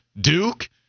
Duke